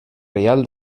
reial